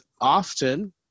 often